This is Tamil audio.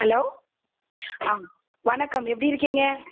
ஹலோ ஆ வணக்கம் எப்படி இருக்கீங்க